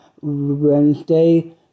Wednesday